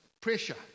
pressure